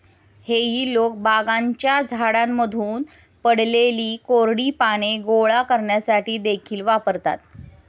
हेई लोक बागांच्या झाडांमधून पडलेली कोरडी पाने गोळा करण्यासाठी देखील वापरतात